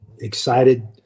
Excited